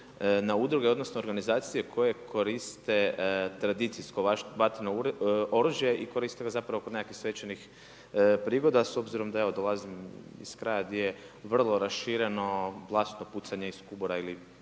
na udruge, odnosno organizacije koje koriste tradicijsko vatreno oružje i koriste ga zapravo kod nekih svečanih prigoda, s obzirom da evo dolazim iz kraja gdje je vrlo rašireno glasno pucanje iz kubura ili